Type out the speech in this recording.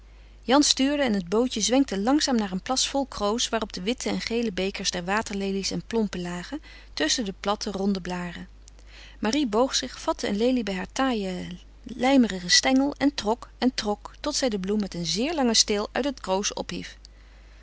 jan stuurde en het bootje zwenkte langzaam naar een plas vol kroos waarop de witte en gele bekers der waterlelies en plompen lagen tusschen de platte ronde blâren marie boog zich vatte een lelie bij haar taaien lijmerigen stengel en trok en trok tot zij de bloem met een zeer langen steel uit het kroos ophief